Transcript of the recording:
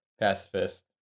Pacifist